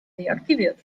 deaktiviert